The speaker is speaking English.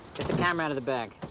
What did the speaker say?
the camera outta the bag.